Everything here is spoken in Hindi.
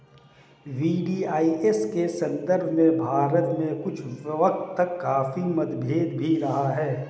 वी.डी.आई.एस के संदर्भ में भारत में कुछ वक्त तक काफी मतभेद भी रहा है